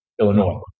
Illinois